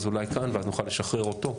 אז אולי כאן ונוכל לשחרר אותו.